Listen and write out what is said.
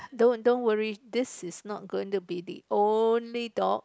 don't don't worry this is not going to be the only dog